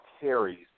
carries